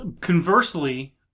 Conversely